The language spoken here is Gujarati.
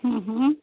હં હં